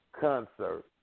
concert